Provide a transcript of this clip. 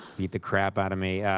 beats the crap out of me.